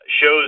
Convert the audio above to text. shows